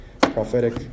prophetic